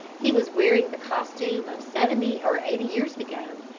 he was wearing the costume of seventy or eighty years ago,